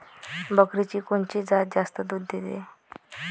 बकरीची कोनची जात जास्त दूध देते?